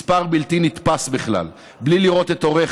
מספר בלתי נתפס בכלל, בלי לראות את הוריך,